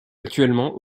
actuellement